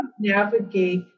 navigate